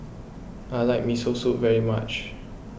I like Miso Soup very much